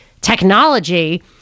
technology